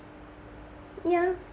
ya